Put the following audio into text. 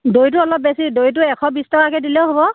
দৈটো অলপ বেছি দৈটো এশ বিশ টকাকৈ দিলেও হ'ব